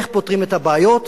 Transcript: איך פותרים את הבעיות.